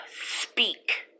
Speak